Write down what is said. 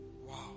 Wow